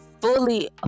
fully